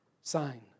sign